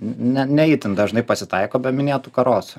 ne ne itin dažnai pasitaiko be minėtų karosų